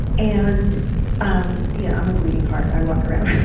and um yeah i'm a bleeding heart, i walk around with a